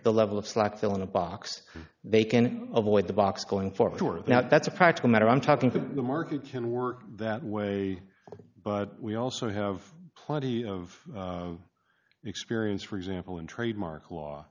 the level of slack they want to box they can avoid the box going forward now that's a practical matter i'm talking to the market can work that way but we also have plenty of experience for example in trademark law